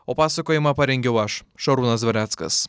o pasakojimą parengiau aš šarūnas dvareckas